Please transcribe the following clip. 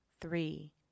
Three